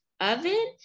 Oven